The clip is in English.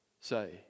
say